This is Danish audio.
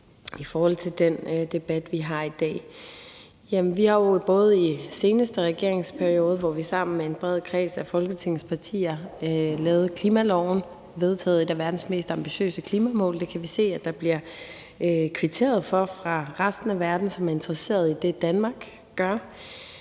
i forhold til den debat, vi har i dag? Vi har jo i seneste regeringsperiode sammen med en bred kreds af Folketingets partier lavet klimaloven og vedtaget et af verdens mest ambitiøse klimamål. Det kan vi se at der bliver kvitteret for fra resten af verden, som er interesseret i det, Danmark gør.